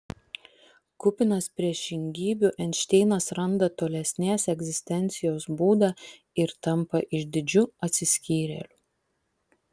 kupinas priešingybių einšteinas randa tolesnės egzistencijos būdą ir tampa išdidžiu atsiskyrėliu